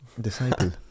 Disciple